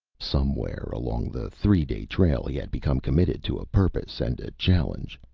somewhere along the three-day trail, he had become committed to a purpose and a challenge,